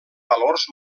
valors